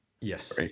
Yes